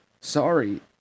sorry